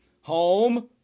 Home